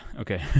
okay